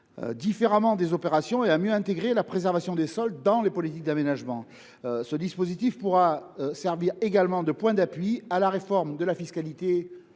différemment les opérations et à mieux intégrer la préservation des sols dans les politiques d’aménagement. Ce dispositif pourra servir également de point d’appui à la réforme de la fiscalité